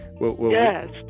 Yes